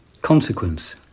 Consequence